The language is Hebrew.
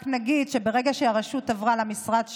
רק אגיד שברגע שהרשות עברה למשרד שלי,